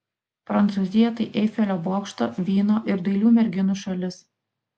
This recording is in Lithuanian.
prancūzija tai eifelio bokšto vyno ir dailių merginų šalis